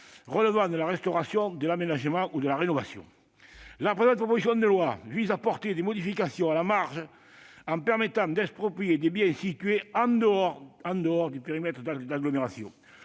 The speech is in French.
relevant de la restauration, de l'aménagement ou de la rénovation. La présente proposition de loi vise à apporter des modifications à la marge, en permettant d'exproprier des biens situés en dehors du périmètre d'agglomération,